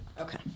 Okay